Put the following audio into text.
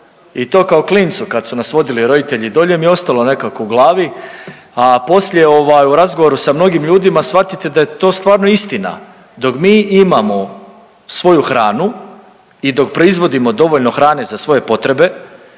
I to kao klincu kad su nas vodili roditelje dolje mi je ostalo nekako u glavi, a poslije ovaj u razgovoru sa mnogim ljudima shvatite da je to stvarno istina. Dok mi imamo svoju hranu i dok proizvodimo dovoljno hrane za svoje potrebe,